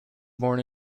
born